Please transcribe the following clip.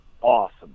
awesome